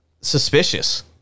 suspicious